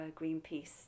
Greenpeace